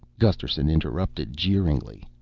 gusterson interrupted jeeringly.